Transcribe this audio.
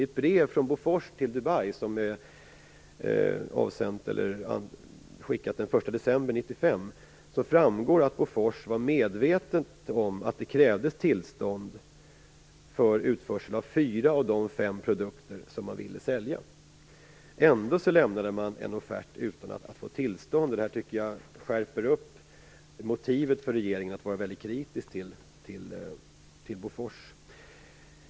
Av ett brev från 1995, framgår att Bofors var medvetet om att det krävdes tillstånd för utförsel av fyra av de fem produkter som man ville sälja. Ändå lämnade man en offert utan att få tillstånd. Det här tycker jag skärper motivet för regeringen att vara väldigt kritisk till Bofors.